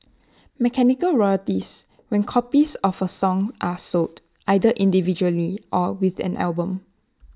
mechanical royalties when copies of A song are sold either individually or with an album